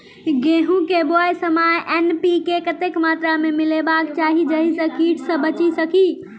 गेंहूँ केँ बुआई समय एन.पी.के कतेक मात्रा मे मिलायबाक चाहि जाहि सँ कीट सँ बचि सकी?